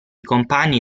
compagni